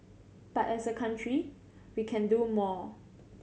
but as a country we can do more